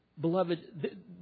Beloved